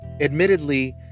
Admittedly